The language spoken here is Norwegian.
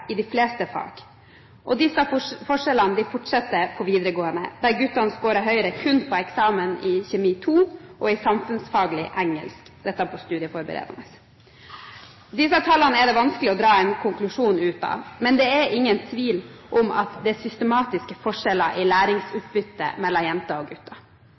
i de fleste fag. Disse forskjellene fortsetter på videregående, der guttene scorer høyere kun på eksamen i kjemi 2 og i samfunnsfaglig engelsk – dette på studieforberedende. Disse tallene er det vanskelig å trekke noen konklusjon ut fra, men det er ingen tvil om at det er systematiske forskjeller i læringsutbytte mellom jenter og gutter.